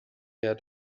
had